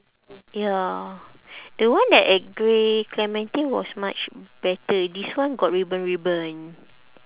ya the one that at grey clementi was much better this one got ribbon ribbon